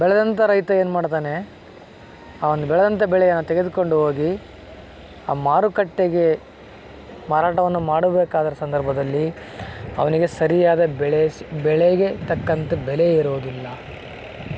ಬೆಳೆದಂತ ರೈತ ಏನು ಮಾಡ್ತಾನೆ ಆ ಒಂದು ಬೆಳೆದಂತ ಬೆಳೆಯನ್ನ ತೆಗೆದುಕೊಂಡು ಹೋಗಿ ಆ ಮಾರುಕಟ್ಟೆಗೆ ಮಾರಾಟವನ್ನು ಮಾಡಬೇಕಾಗಿರುವ ಸಂದರ್ಭದಲ್ಲಿ ಅವನಿಗೆ ಸರಿಯಾದ ಬೆಳೆ ಸ್ ಬೆಳೆಗೆ ತಕ್ಕಂತ ಬೆಲೆ ಇರೋದಿಲ್ಲ